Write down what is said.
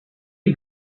you